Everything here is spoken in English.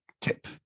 tip